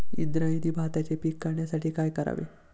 इंद्रायणी भाताचे पीक वाढण्यासाठी काय करावे?